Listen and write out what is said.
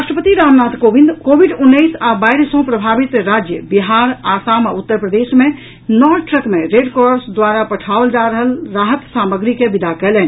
राष्ट्रपति रामनाथ कोविंद कोविड उन्नैस आ बाढ़ि सँ प्रभावित राज्य बिहार आसाम आ उत्तर प्रदेश मे नओ टूक मे रेडक्रॉस द्वारा पठाओल जा रहल राहत सामग्री के विदा कयलनि